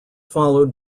followed